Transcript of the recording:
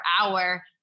hour